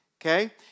Okay